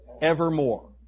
evermore